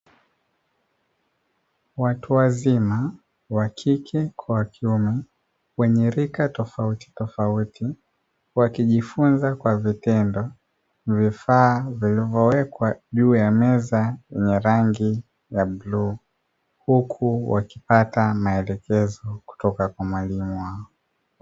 Watu wazima wa kike kwa wa kiume wenye rika tofauti tofauti ,wakijifunza kwa vitendo vifaa vilivyowekwa juu ya meza yenye rangi ya bluu, huku wakipata maelekezo kutoka kwa mwalimu wao.